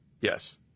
Yes